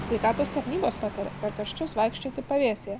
sveikatos tarnybos pataria per karščius vaikščioti pavėsyje